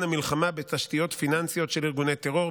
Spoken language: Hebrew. המלחמה בתשתיות פיננסיות של ארגוני טרור,